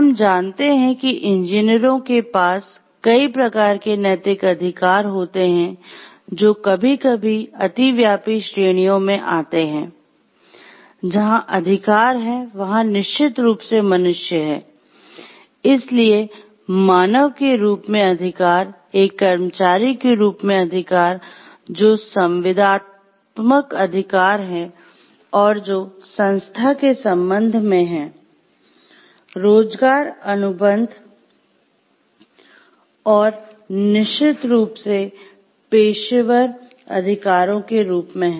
हम जानते हैं कि इंजीनियरों के पास कई प्रकार के नैतिक अधिकार होते हैं जो कभी कभी अतिव्यापी श्रेणियों में आते हैं जहां अधिकार हैं वहां निश्चित रूप से मनुष्य हैं इसलिए मानव के रूप में अधिकार एक कर्मचारी के रूप में अधिकार जो संविदात्मक अधिकार हैं और जो संस्था के संबंध में हैं रोजगार अनुबंध और निश्चित रूप से पेशेवर अधिकारों के रूप में है